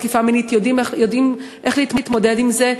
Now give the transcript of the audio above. תקיפה מינית לא יודעות איך להתמודד עם זה.